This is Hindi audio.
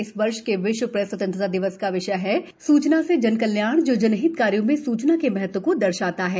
इस वर्ष के विश्व प्रेस स्वतंत्रता दिवस का विषय है सूचना से जनकल्याण जो जनहित कार्यों में सूचना के महत्व को दर्शाता है